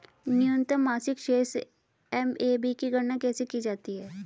न्यूनतम मासिक शेष एम.ए.बी की गणना कैसे की जाती है?